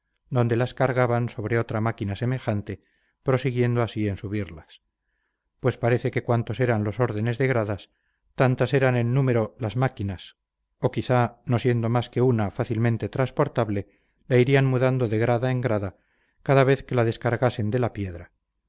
donde las cargaban sobre otra máquina semejante prosiguiendo así en subirlas pues parece que cuantos eran los órdenes de gradas tantas eran en número las máquinas o quizá no siendo más que una fácilmente transportable la irían mudando de grada en grada cada vez que la descargasen de la piedra